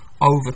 over